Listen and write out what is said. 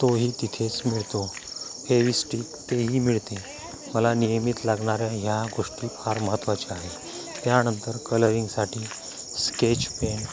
तोही तिथेच मिळतो फेव्हिस्टिक तेही मिळते मला नेहमीच लागणाऱ्या ह्या गोष्टी फार महत्वाच्या आहे त्यानंतर कलरिंगसाठी स्केचपेन